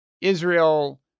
Israel